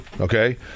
Okay